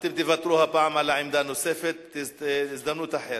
אתם תוותרו הפעם על העמדה הנוספת, בהזדמנות אחרת.